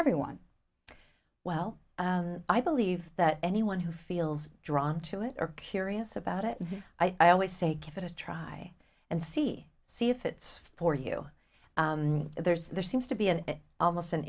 everyone well i believe that anyone who feels drawn to it or curious about it i always say give it a try and see see if it's for you there's there seems to be an almost an